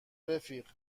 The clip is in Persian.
رفیق